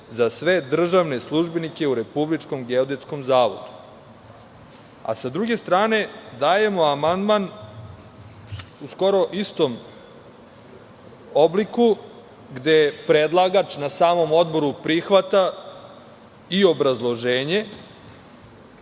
za sve državne službenike u Republičkom geodetskom zavodu. Sa druge strane, dajemo amandman u skoro istom obliku, gde predlagač na samom odboru prihvata i obrazloženje